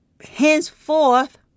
Henceforth